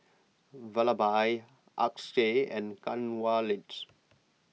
Vallabhbhai Akshay and Kanwaljit